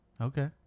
Okay